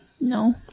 No